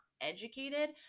educated